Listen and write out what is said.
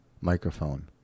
microphone